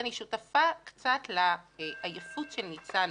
אני שותפה קצת לעייפות של ניצן,